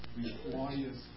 requires